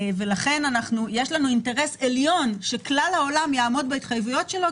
לכן יש לנו אינטרס עליון שכלל העולם יעמוד בהתחייבויות שלו,